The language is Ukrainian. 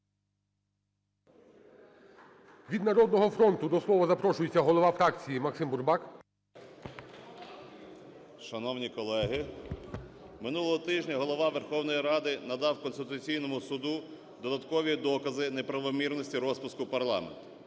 Від "Народного фронт" до слова запрошується голова фракції Максим Бурбак. 12:46:14 БУРБАК М.Ю. Шановні колеги! Минулого тижня Голова Верховної Ради надав Конституційному Суду додаткові докази неправомірності розпуску парламенту.